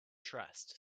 trust